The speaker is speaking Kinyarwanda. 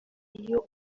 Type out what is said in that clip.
iyo